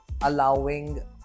allowing